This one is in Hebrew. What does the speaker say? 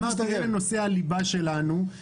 אמרתי שאלה נושאי הליבה שלנו,